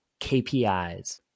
KPIs